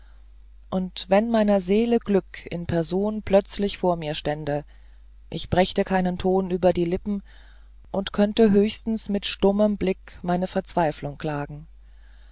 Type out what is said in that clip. und wenn meiner seele glück in person plötzlich vor mir stände ich brächte keinen ton über die lippen und könnte höchstens mit stummem blick meine verzweiflung klagen